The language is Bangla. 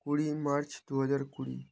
কুড়িই মার্চ দু হাজার কুড়ি